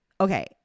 okay